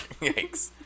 Yikes